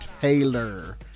Taylor